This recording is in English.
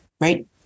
right